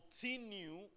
continue